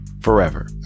forever